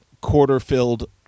quarter-filled